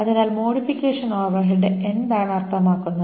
അതിനാൽ modification overhead എന്താണ് അർത്ഥമാക്കുന്നത്